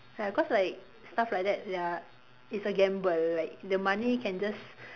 ya cause like stuff like that ya is a gamble like the money can just